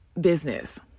business